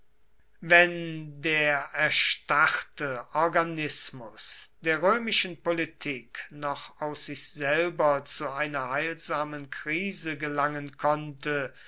wenn der erstarrte organismus der römischen politik noch aus sich selber zu einer heilsamen krise gelangen konnte